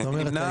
מי נמנע?